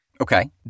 Okay